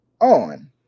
on